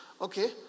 okay